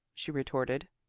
she retorted.